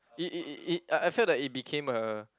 it it it it I felt that it became a